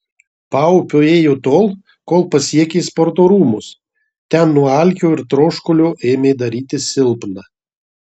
paupiu ėjo tol kol pasiekė sporto rūmus ten nuo alkio ir troškulio ėmė darytis silpna